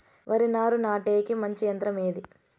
వరి నారు నాటేకి మంచి యంత్రం ఏది?